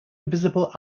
visible